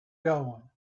going